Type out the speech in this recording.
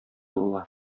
була